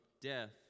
death